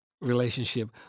relationship